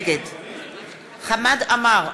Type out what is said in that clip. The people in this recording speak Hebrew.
נגד חמד עמאר,